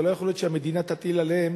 ולא יכול להיות שהמדינה תטיל עליהן